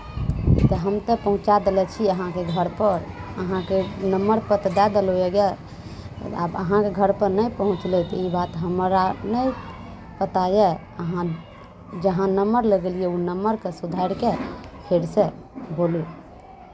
तऽ हम तऽ पहुँचा देने छी अहाँके घरपर अहाँके नम्बरपर तऽ दऽ देलहुँ यए गैस आब अहाँके घरपर नहि पहुँचलै तऽ ई बात हमरा नहि पता यए अहाँ जहाँ नम्बर लगैलिए ओ नम्बरकेँ सुधारि कऽ फेरसँ बोलू